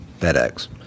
FedEx